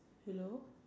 hello